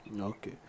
Okay